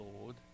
Lord